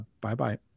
Bye-bye